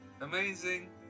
amazing